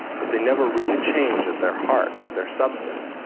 but they never really change at their heart, at their substance.